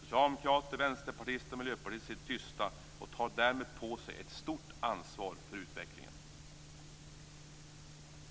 Socialdemokrater, vänsterpartister och miljöpartister sitter tysta och tar därmed på sig ett stort ansvar för utvecklingen.